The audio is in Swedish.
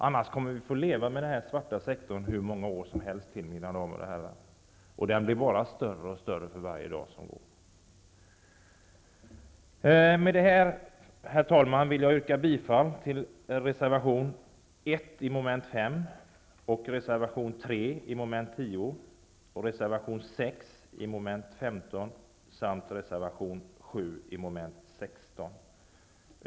Annars kommer vi att få leva med den svarta sektorn hur många år som helst, mina damer och herrar, och den blir bara större för var dag som går. Herr talman! Med detta vill jag yrka bifall till reservation 1 vid moment 5, reservation 3 vid moment 10, reservation 6 vid moment 15 samt reservation 7 vid moment 16.